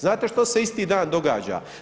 Znate što se isti dan događa?